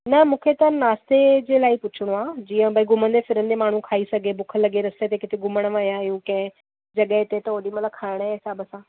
न मूंखे त नाश्ते जे लाए ई पुछिणो आ जीअं भई घुमंदे फिरंदे माण्हू खाई सघे बुख लगे॒ रस्ते ते किथे घुमणु विया आहियूं कहिं जॻहि थे त ओॾी महिल खाइणु जे हिसाबु सां